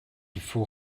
faut